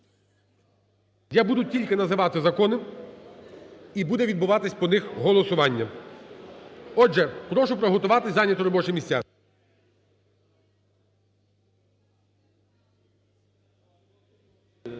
я буду тільки називати закони і буде відбуватись по них голосування. Отже, прошу приготуватись, зайняти робочі місця.